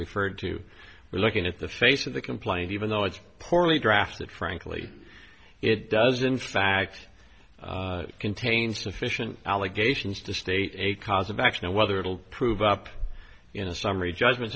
referred to are looking at the face of the complaint even though it's poorly drafted frankly it does in fact contain sufficient allegations to state a cause of action and whether it'll prove up in a summary judgment